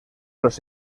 los